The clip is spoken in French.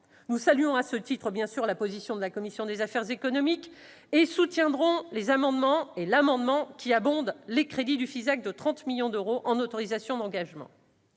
nous saluons bien évidemment la position de la commission des affaires économiques et soutiendrons l'amendement tendant à abonder les crédits du FISAC de 30 millions d'euros en autorisations d'engagement.